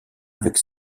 avec